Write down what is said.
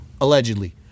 allegedly